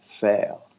fail